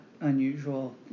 unusual